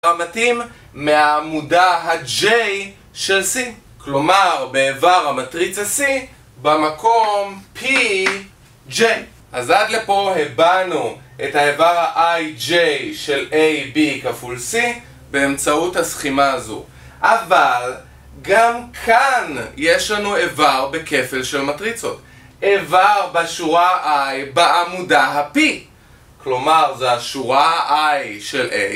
המתאים מהעמודה ה-J של C כלומר, באיבר המטריצה C במקום pj אז עד לפה הבנו את האיבר ה-IJ של A, B כפול C באמצעות הסכימה הזו אבל גם כאן יש לנו איבר בכפל של מטריצות איבר בשורה I בעמודה ה-P כלומר, זו השורה I של A